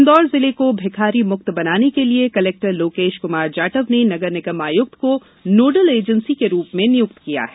इंदौर जिले को भिक्षुक मुक्त बनाने के लिए कलेक्टर लोकेष कुमार जाटव ने नगर निगम आयुक्त को नोडल एजेंसी के रूप में नियुक्त किया है